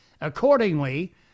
Accordingly